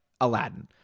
Aladdin